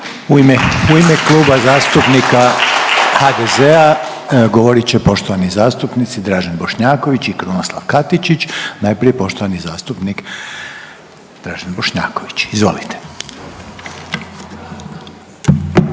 U ime Kluba zastupnika HDZ-a govorit će poštovani zastupnici Dražen Bošnjaković i Krunoslav Katičić. Najprije poštovani zastupnik Dražen Bošnjaković. Izvolite.